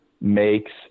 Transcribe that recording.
makes